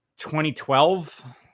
2012